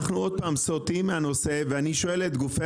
אנחנו עוד פעם סוטים מהנושא ואני שואל את גופי